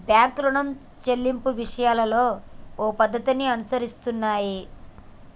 బాంకులు రుణం సెల్లింపు విషయాలలో ఓ పద్ధతిని అనుసరిస్తున్నాయి